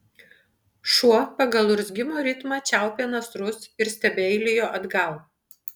šuo pagal urzgimo ritmą čiaupė nasrus ir stebeilijo atgal